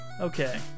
Okay